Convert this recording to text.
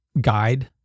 guide